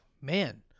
Man